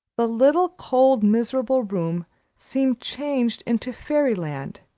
the little, cold, miserable room seemed changed into fairyland.